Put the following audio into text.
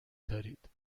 دارید